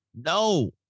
No